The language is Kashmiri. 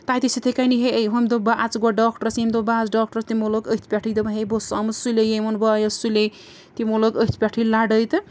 تَتہِ ٲسی یِتھَے کٔنی ہے ہُمۍ دوٚپ بہٕ اَژٕ گۄڈٕ ڈاکٹَرس ییٚمہِ دوٚپ بہٕ اَژٕ ڈاکٹرس تِمَو لوگ أتھۍ پٮ۪ٹھٕے دوٚپُن ہے بہٕ اوسُس آمُت سُلے ییٚمہِ ووٚن بہٕ آیَس سُلے تِمو لوگ أتھۍ پٮ۪ٹھٕے لڑٲے تہٕ